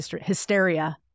hysteria